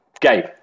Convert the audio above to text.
Gabe